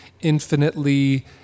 infinitely